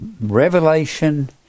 Revelation